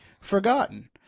forgotten